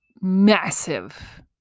massive